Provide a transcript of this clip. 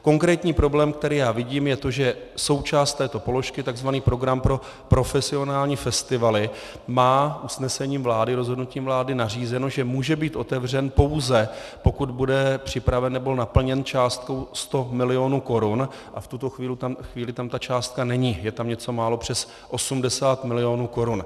Konkrétní problém, který já vidím, je to, že součást této položky, takzvaný program pro profesionální festivaly, má usnesením vlády nařízeno, že může být otevřen, pouze pokud bude připraven nebo naplněn, částkou 100 milionů korun a v tuto chvíli tam ta částka není, je tam něco málo přes 80 milionů korun.